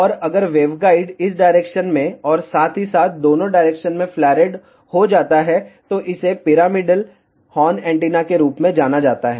और अगर वेवगाइड इस डायरेक्शन में और साथ ही साथ दोनों डायरेक्शन में फ्लारेड हो जाता है तो इसे पिरामिडल हॉर्न एंटीना के रूप में जाना जाता है